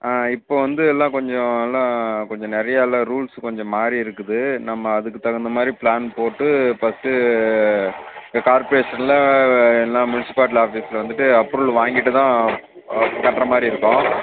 ஆ இப்போ வந்து எல்லாம் கொஞ்சம் எல்லாம் கொஞ்சம் நிறையால்லாம் ரூல்ஸ் கொஞ்சம் மாறியிருக்குது நம்ம அதுக்குத் தகுந்த மாதிரி ப்ளான் போட்டு பஸ்ட்டு இந்த கார்ப்பரேஷனில் இல்லைனா முனிசிபாலிட்டி ஆஃபீஸில் வந்துவிட்டு அப்ரூவல் வாங்கிட்டு தான் கட்டுற மாதிரி இருக்கும்